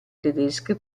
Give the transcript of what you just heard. tedesche